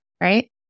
right